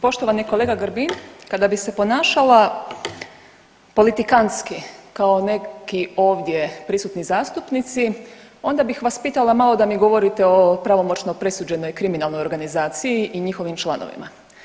Poštovani kolega Grbin kada bi se ponašala politikantski kada neki ovdje prisutni zastupnici onda bih vas pitala malo da mi govorite o pravomoćno presuđenoj kriminalnoj organizaciji i njihovim članovima.